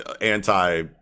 anti-